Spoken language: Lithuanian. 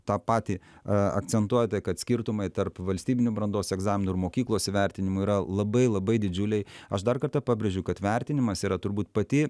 tą patį akcentuojate kad skirtumai tarp valstybinių brandos egzaminų ir mokyklos įvertinimų yra labai labai didžiuliai aš dar kartą pabrėžiu kad vertinimas yra turbūt pati